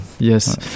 Yes